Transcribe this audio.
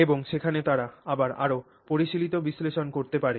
এবং সেখানে তারা আবার আরও পরিশীলিত বিশ্লেষণ করতে পারে